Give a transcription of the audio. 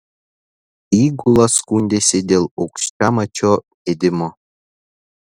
įgula skundėsi dėl aukščiamačio gedimo